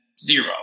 zero